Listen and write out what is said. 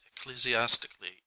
ecclesiastically